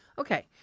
Okay